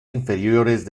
inferiores